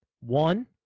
one